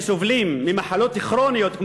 שסובלים ממחלות כרוניות,